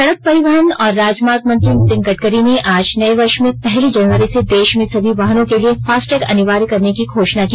सड़क परिवहन और राजमार्ग मंत्री नितिन गडकरी ने आज नए वर्ष में पहली जनवरी से देश में सभी वाहनों के लिए फास्टैग अनिवार्य करने की घोषणा की